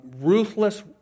ruthless